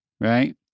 right